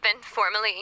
formally